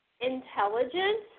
intelligent